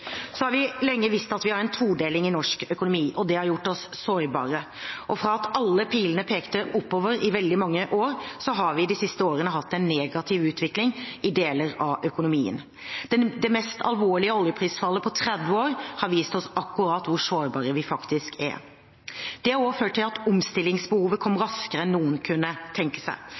Så har vi lenge visst at vi har en todeling i norsk økonomi, og det har gjort oss sårbare. Og fra at alle pilene pekte oppover i veldig mange år, har vi de siste årene hatt en negativ utvikling i deler av økonomien. Det mest alvorlige oljeprisfallet på 30 år har vist oss akkurat hvor sårbare vi faktisk er. Det har ført til at omstillingsbehovet kom raskere enn noen kunne tenke seg.